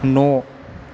न'